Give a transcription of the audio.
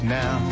now